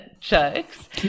jokes